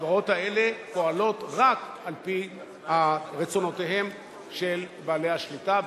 החברות האלה פועלות רק על-פי רצונותיהם של בעלי השליטה,